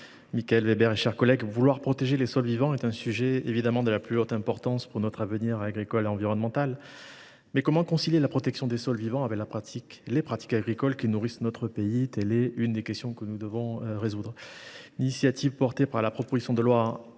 d’État, mes chers collègues, la protection des sols vivants est un sujet de la plus haute importance pour notre avenir agricole et environnemental. Mais comment concilier la protection des sols vivants avec les pratiques agricoles qui nourrissent notre pays ? C’est l’une des questions auxquelles nous devons répondre.